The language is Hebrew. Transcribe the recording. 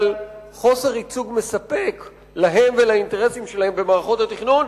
חוסר ייצוג מספק להן ולאינטרסים שלהן במערכות התכנון,